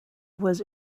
was